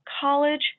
college